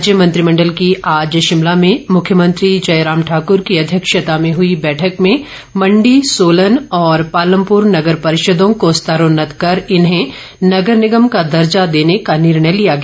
राज्य मंत्रिमंडल की आज शिमला में मुख्यमंत्री जयराम ठाकूर की अध्यक्षता में हुई बैठक में मंडी सोलन और पालमपुर नगर परिषदों को स्तरोन्नत कर इन्हें नगर निगम का दर्जा देने का निर्णय लिया गया